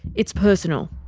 it's personal.